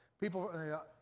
people